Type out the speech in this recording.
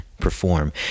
perform